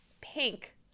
Pink